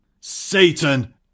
Satan